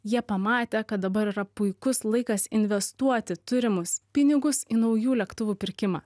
jie pamatė kad dabar yra puikus laikas investuoti turimus pinigus į naujų lėktuvų pirkimą